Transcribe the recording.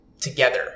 together